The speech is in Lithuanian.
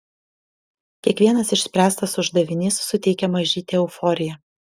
kiekvienas išspręstas uždavinys suteikia mažytę euforiją